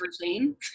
routine